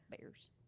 Bears